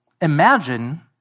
imagine